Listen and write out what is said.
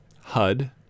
HUD